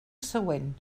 següent